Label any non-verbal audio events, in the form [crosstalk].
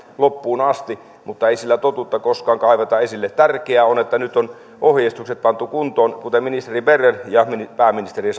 loppuun asti mutta ei sillä totuutta koskaan kaiveta esille tärkeää on että nyt on ohjeistukset pantu kuntoon kuten ministeri berner ja pääministeri [unintelligible]